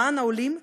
למען העולים,